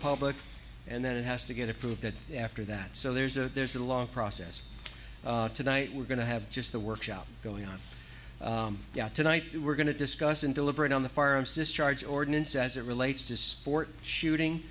public and then it has to get approved that after that so there's a there's a long process tonight we're going to have just the workshop going on tonight we're going to discuss and deliberate on the farm system charge ordinance as it relates to sport shooting